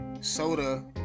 soda